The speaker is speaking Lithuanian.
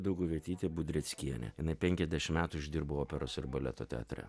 dauguvietytė budreckienė jinai penkiasdešimt metų išdirbo operos ir baleto teatre